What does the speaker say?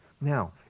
Now